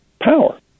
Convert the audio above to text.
power